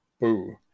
Boo